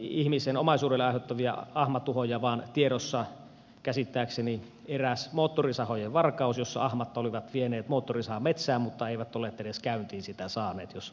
ihmisen omaisuudelle aiheutuneita ahmatuhoja on tiedossa käsittääkseni vain eräs moottorisahan varkaus jossa ahmat olivat vieneet moottorisahan metsään mutta eivät olleet edes käyntiin sitä saaneet jos hieman keventää